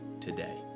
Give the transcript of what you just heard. today